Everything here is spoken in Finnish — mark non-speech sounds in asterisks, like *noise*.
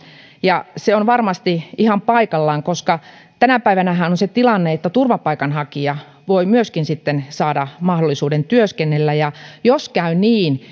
se on varmasti ihan paikallaan koska tänä päivänähän on on se tilanne että turvapaikanhakija voi myöskin saada mahdollisuuden työskennellä jos käy niin *unintelligible*